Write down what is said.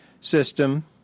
system